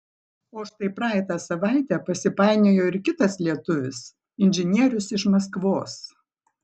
o štai praeitą savaitę pasipainiojo ir kitas lietuvis inžinierius iš maskvos